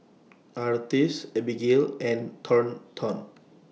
Artis Abigale and Thornton